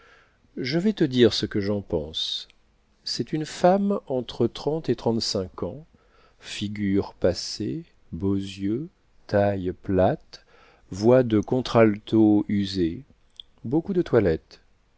je vais te dire ce que j'en pense c'est une femme entre trente et trente-cinq ans figure passée beaux yeux taille plate voix de contr'alto usée beaucoup de toilette